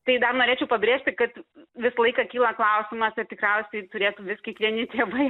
tai dar norėčiau pabrėžti kad visą laiką kyla klausimas ir tikriausiai turėtų vis kiekvieni tėvai